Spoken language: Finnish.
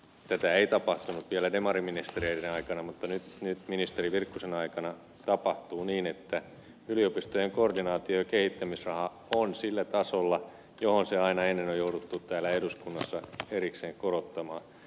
tätä ei tapahtunut vielä demariministereiden aikana mutta nyt ministeri virkkusen aikana tapahtuu niin että yliopistojen koordinaatio ja kehittämisraha on sillä tasolla johon se aina ennen on jouduttu täällä eduskunnassa erikseen korottamaan